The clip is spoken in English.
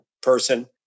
person